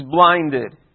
blinded